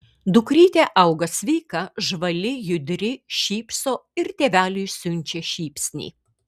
dukrytė auga sveika žvali judri šypso ir tėveliui siunčia šypsnį